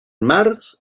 març